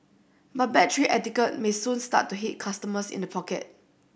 but bad tray etiquette may soon start to hit customers in the pocket